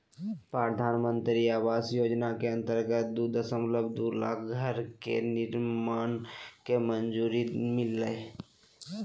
प्रधानमंत्री आवास योजना के अंतर्गत दू दशमलब दू लाख घर के निर्माण के मंजूरी मिललय